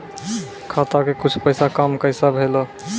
खाता के कुछ पैसा काम कैसा भेलौ?